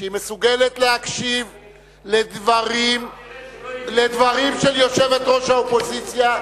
שהיא מסוגלת להקשיב לדברים של יושבת-ראש האופוזיציה,